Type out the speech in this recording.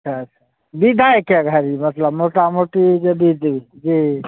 अच्छा अच्छा विदाइके घड़ी मोटा मोटी जे